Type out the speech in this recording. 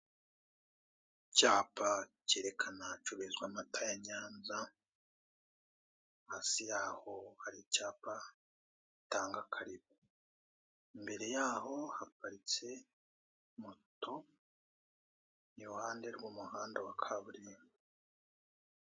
Icyapa cyerekana ahacururizwa amata ya nyanza, hasi yaho hari icyapa gitanga karibu, imbere yaho haparitse moto, iruhande ni mu muhanda wa kaburimbo.